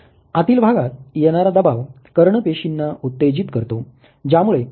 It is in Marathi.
आतील भागात येणारा दबाव कर्ण पेशींना उत्तेजित करतो